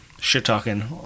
shit-talking